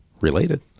related